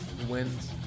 Wins